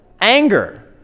Anger